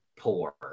poor